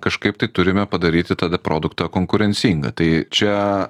kažkaip tai turime padaryti tada produktą konkurencingą tai čia